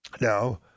Now